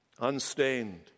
Unstained